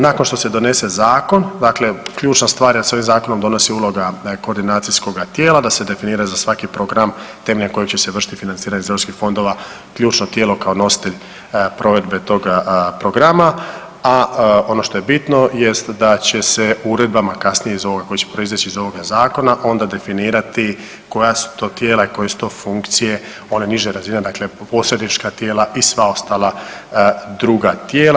Nakon što se donese zakon dakle ključna je stvar da se ovim zakonom donosi uloga koordinacijskoga tijela da se definira za svaki program temeljem kojeg će se vršiti financiranje iz europskih fondova ključno tijelo kao nositelj provedbe toga programa, a ono što je bitno jeste da će se uredbama kasnije iz ovoga koje će proizaći iz ovoga zakona onda definirati koja su to tijela i koje su to funkcije one niže razine dakle posrednička tijela i sva ostala druga tijela.